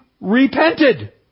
repented